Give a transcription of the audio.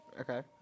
Okay